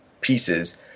pieces